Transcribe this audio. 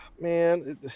man